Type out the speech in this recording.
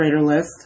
List